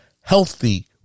healthy